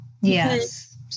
Yes